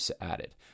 added